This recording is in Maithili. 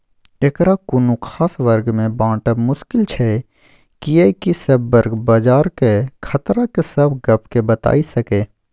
एकरा कुनु खास वर्ग में बाँटब मुश्किल छै कियेकी सब वर्ग बजारक खतरा के सब गप के बताई सकेए